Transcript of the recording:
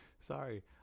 Sorry